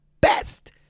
best